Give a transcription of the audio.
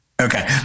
Okay